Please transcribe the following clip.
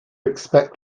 expect